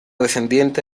descendiente